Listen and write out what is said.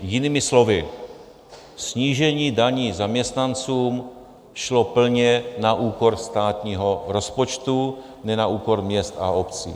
Jinými slovy, snížení daní zaměstnancům šlo plně na úkor státního rozpočtu, ne na úkor měst a obcí.